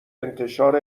انتشار